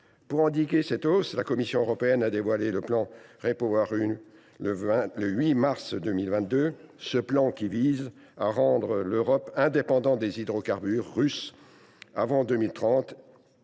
Pour endiguer cette hausse, la Commission européenne a dévoilé, le 8 mars 2022, le plan REPowerEU, qui vise à rendre l’Europe indépendante des hydrocarbures russes avant 2030,